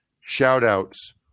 shout-outs